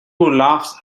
laughs